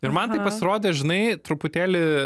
ir man tai pasirodė žinai truputėlį